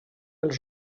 els